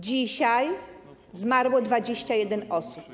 Dzisiaj zmarło 21 osób.